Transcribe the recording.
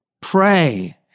pray